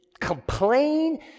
complain